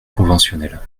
conventionnelle